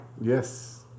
Yes